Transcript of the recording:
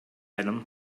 item